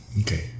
Okay